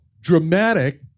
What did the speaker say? dramatic